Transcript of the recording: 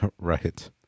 right